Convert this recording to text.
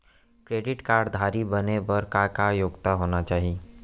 Credit card धारी बने बर का का योग्यता होना चाही?